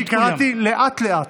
קראתי לאט-לאט,